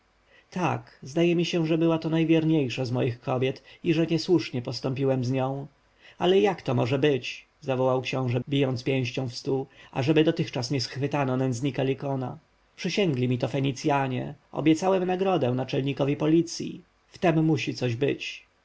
tak zdaje mi się że była to najwierniejsza z moich kobiet i że niesłusznie postąpiłem z nią ale jak to może być zawołał książę bijąc pięścią w stół ażeby dotychczas nie schwytano nędznika lykona przysięgli mi na to fenicjanie obiecałem nagrodę naczelnikowi policji w tem musi coś być